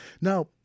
Now